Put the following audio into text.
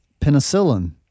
penicillin